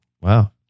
Wow